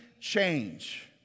change